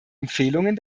empfehlungen